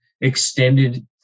extended